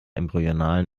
embryonalen